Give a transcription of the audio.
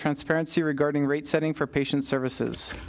transparency regarding rate setting for patients services